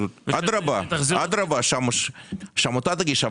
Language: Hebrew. אדרבה שהעמותה תגיש,